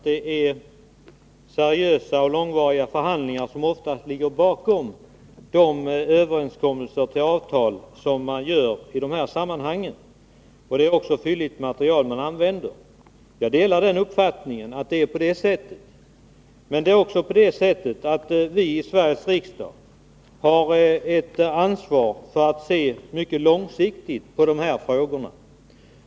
Herr talman! Grethe Lundblad säger att det ofta är seriösa och långvariga förhandlingar som ligger bakom de överenskommelser och avtal som man träffar i dessa sammanhang och att man använder ett fylligt material. Jag delar uppfattningen att det är på det sättet. Men det är också så att vi i Sveriges riksdag har ett ansvar för att se mycket långsiktigt på dessa frågor.